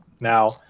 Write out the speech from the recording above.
Now